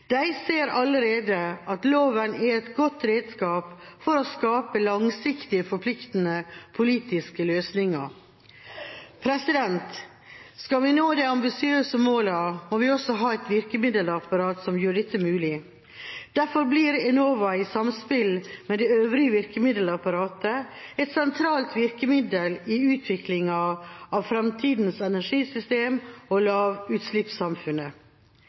De ser allerede at loven er et godt redskap for å skape langsiktige, forpliktende politiske løsninger. Skal vi nå de ambisiøse målene, må vi også ha et virkemiddelapparat som gjør dette mulig. Derfor blir Enova, i samspill med det øvrige virkemiddelapparatet, et sentralt virkemiddel i utviklingen av framtidas energisystemer og lavutslippssamfunnet.